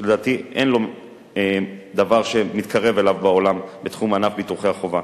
שלדעתי אין דבר שמתקרב אליו בעולם בתחום ענף ביטוחי החובה.